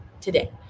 Today